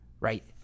right